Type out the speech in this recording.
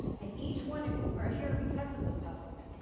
and each one of you, are here because of the public.